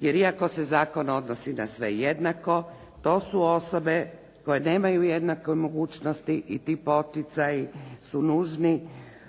jer iako se zakon odnosi na sve jednako, to su osobe koje nemaju jednake mogućnosti i ti poticaji su nužni